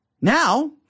Now